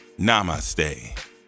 Namaste